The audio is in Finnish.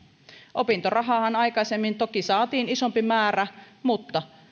opintorahaahan aikaisemmin toki saatiin isompi määrä mutta